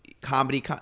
comedy